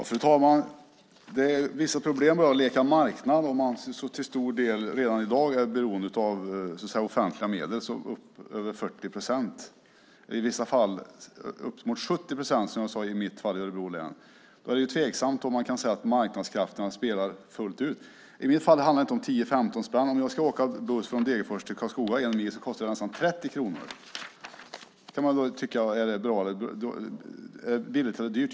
Fru talman! Det är vissa problem att leka marknad om man redan i dag till stor del är beroende av offentliga medel. Det är över 40 procent och i vissa fall upp till 70 procent, som i mitt fall i Örebro län, som betalas med offentliga medel. Då är det tveksamt om man kan säga att marknadskrafterna fungerar fullt ut. I mitt fall handlar det inte om 15 kronor. Om jag ska åka buss en mil från Degerfors till Karlskoga kostar det nästan 30 kronor. Det kan man tycka är billigt eller dyrt.